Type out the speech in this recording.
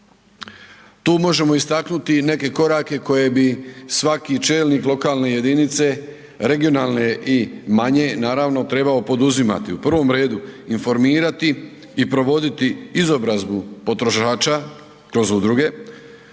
Tu možemo istaknuti i neke korake koje bi svaki čelnik lokalne jedinice, regionalne i manje, naravno, trebao poduzimati. U prvom redu, informirati i provoditi izobrazbu potrošača kroz udruge,